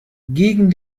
gegen